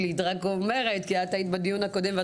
אני רק אומרת כי היית בדיון הקודם.